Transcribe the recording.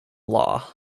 law